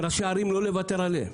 ראשי הערים, לא לוותר עליהם.